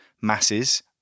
Masses